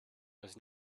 was